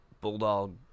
Bulldog